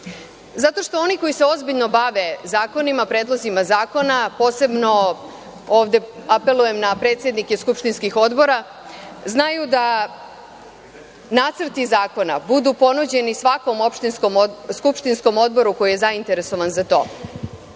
zato što oni koji se ozbiljno bave zakonima, predlozima zakona, posebno ovde apelujem na predsednike skupštinskih odbora, znaju da nacrti zakona budu ponuđeni svakom skupštinskom odboru koji je zainteresovan za to